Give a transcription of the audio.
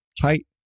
tight